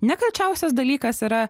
nekalčiausias dalykas yra